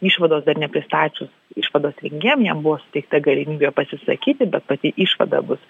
išvados dar nepristačius išvados rengėjam jam buvo suteikta galimybė pasisakyti bet pati išvada bus